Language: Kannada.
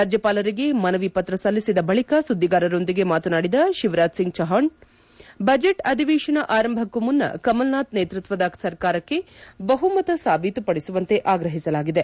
ರಾಜ್ಙಪಾಲರಿಗೆ ಮನವಿ ಪತ್ರ ಸಲ್ಲಿಸಿದ ಬಳಿಕ ಸುದ್ವಿಗಾರರೊಂದಿಗೆ ಮಾತನಾಡಿದ ಶಿವರಾಜ್ ಸಿಂಗ್ ಚೌಹಾಣ್ ಬಜೆಟ್ ಅಧಿವೇಶನ ಆರಂಭಕ್ಕೂ ಮುನ್ನ ಕಮಲ್ನಾಥ್ ನೇತೃತ್ವದ ಸರ್ಕಾರಕ್ಷೆ ಬಹುಮತ ಸಾಬೀತುಪಡಿಸುವಂತೆ ಆಗ್ರಹಿಸಲಾಗಿದೆ